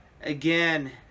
again